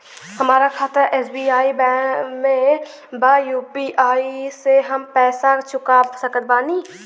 हमारा खाता एस.बी.आई में बा यू.पी.आई से हम पैसा चुका सकत बानी?